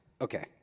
Okay